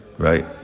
Right